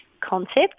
concept